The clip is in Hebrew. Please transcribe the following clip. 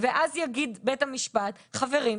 ואז יגיד בית המשפט 'חברים,